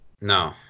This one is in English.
no